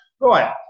Right